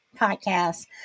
podcast